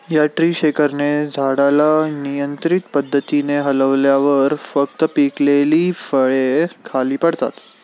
या ट्री शेकरने झाडाला नियंत्रित पद्धतीने हलवल्यावर फक्त पिकलेली फळे खाली पडतात